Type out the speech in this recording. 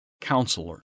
Counselor